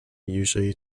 usually